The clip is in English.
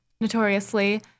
notoriously